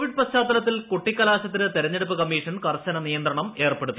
Covid പശ്ചാത്തലത്തിൽ കൊട്ടിക്കലാശത്തിന് തെരഞ്ഞെടുപ്പ് കമ്മീഷൻ കർശന നിയന്ത്രണം ഏർപ്പെടുത്തി